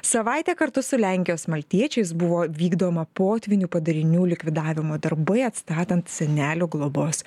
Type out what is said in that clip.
savaitę kartu su lenkijos maltiečiais buvo vykdoma potvynių padarinių likvidavimo darbai atstatant senelių globos